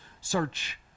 Search